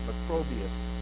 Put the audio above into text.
Macrobius